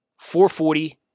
440